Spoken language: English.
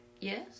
yes